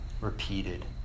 repeated